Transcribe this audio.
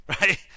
Right